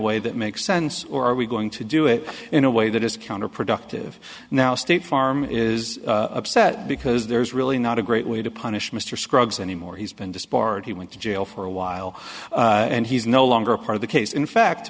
way that makes sense or are we going to do it in a way that is counterproductive now state farm is upset because there's really not a great way to punish mr scruggs anymore he's been disbarred he went to jail for a while and he's no longer a part of the case in fact